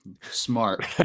Smart